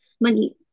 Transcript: money